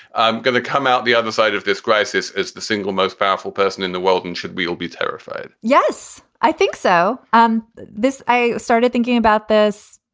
i'm going to come out. the other side of this crisis is the single most powerful person in the world. and should we all be terrified? yes, i think so. um this i started thinking about this